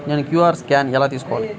నేను QR scan ఎలా తీసుకోవాలి?